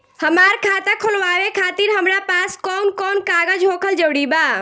हमार खाता खोलवावे खातिर हमरा पास कऊन कऊन कागज होखल जरूरी बा?